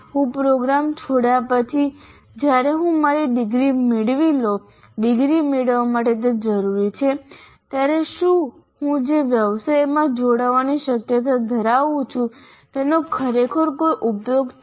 હું પ્રોગ્રામ છોડ્યા પછી જ્યારે હું મારી ડિગ્રી મેળવી લઉં ડિગ્રી મેળવવા માટે તે જરૂરી છે ત્યારે શું હું જે વ્યવસાયમાં જોડાવાની શક્યતા ધરાવું છું તેનો ખરેખર કોઈ ઉપયોગ છે